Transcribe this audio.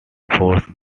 forced